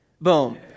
Boom